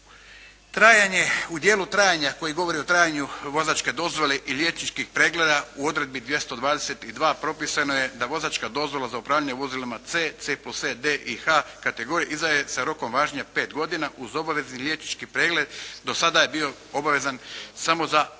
U dijelu trajanja koji govori o trajanju vozačke dozvole i liječničkih pregleda u odredbi 222 propisano je da vozačka dozvola za upravljanje vozilima C, C+E, D i H kategorije izdaje sa rokom važenja od pet godina uz obavezan liječničkih pregled. Do sada je bio obavezan samo za kategorije